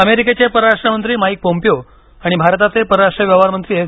अमेरिकेचे परराष्ट्र मंत्री माईक पोम्पिओ आणि भारताचे परराष्ट्र व्यवहार मंत्री एस